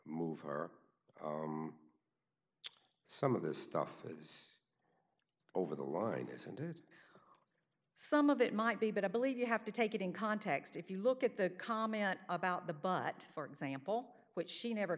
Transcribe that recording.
move her some of the stuff is over the line isn't it some of it might be but i believe you have to take it in context if you look at the comment about the butt for example which she never